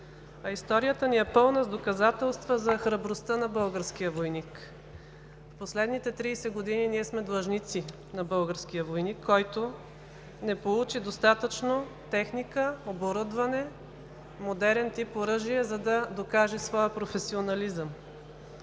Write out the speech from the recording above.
а историята ни е пълна с доказателства за храбростта на българския войник. В последните 30 години ние сме длъжници на българския войник, който не получи достатъчно техника, оборудване, модерен тип оръжие, за да докаже своя професионализъм.